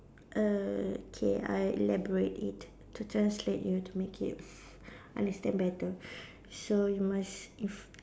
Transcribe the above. err okay I elaborate it to translate you to make it understand better so you must if